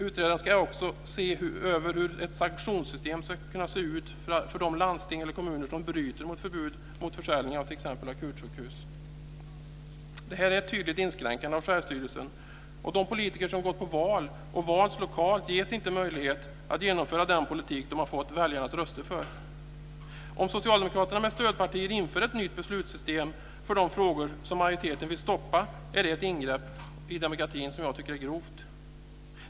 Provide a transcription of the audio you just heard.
Utredaren ska också se över hur ett sanktionssystem ska kunna se ut för de landsting eller kommuner som bryter mot förbud mot försäljning av t.ex. akutsjukhus. Det här är en tydlig inskränkning i självstyrelsen. De politiker som gått till val och valts lokalt ges inte möjlighet att genomföra den politik de fått väljarnas röster för. Om Socialdemokraterna med stödpartier inför ett nytt beslutssystem för de frågor som majoriteten vill stoppa är det ett ingrepp i demokratin som jag tycker är grovt.